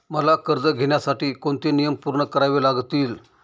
मला कर्ज घेण्यासाठी कोणते नियम पूर्ण करावे लागतील?